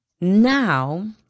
Now